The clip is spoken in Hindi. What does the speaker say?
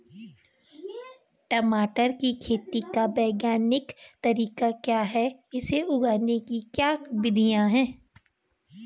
टमाटर की खेती का वैज्ञानिक तरीका क्या है इसे उगाने की क्या विधियाँ हैं?